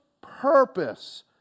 purpose